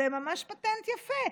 זה ממש פטנט יפה.